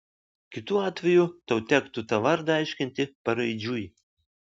kitu atveju tau tektų tą vardą aiškinti paraidžiui